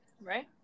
Right